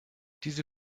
diese